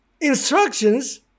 instructions